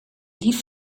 lief